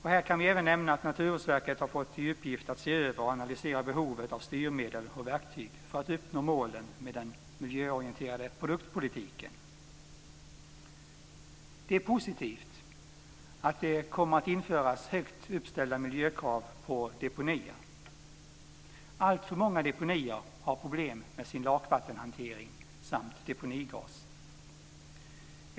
Här kan vi även nämna att Naturvårdsverket har fått i uppgift att se över och analysera behovet av styrmedel och verktyg för att uppnå målen med den miljöorienterade produktpolitiken. Det är positivt att det kommer att införas högt uppställda miljökrav på deponier. Alltför många deponier har problem med sin lakvattenhantering samt deponigas.